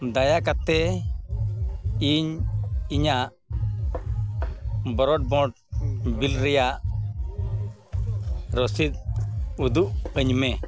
ᱫᱟᱭᱟ ᱠᱟᱛᱮᱫ ᱤᱧ ᱤᱧᱟᱹᱜ ᱵᱨᱚᱰᱵᱮᱱᱰ ᱵᱤᱞ ᱨᱮᱭᱟᱜ ᱨᱚᱥᱤᱫ ᱩᱫᱩᱜ ᱟᱹᱧ ᱢᱮ